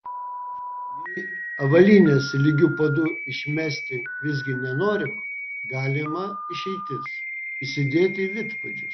jei avalynės lygiu padu išmesti visgi nenorima galima išeitis įsidėti vidpadžius